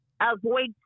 avoid